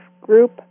group